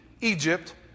Egypt